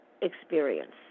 experience